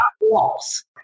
walls